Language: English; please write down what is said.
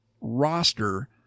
roster